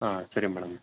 ಹಾಂ ಸರಿ ಮೇಡಮ್